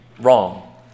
wrong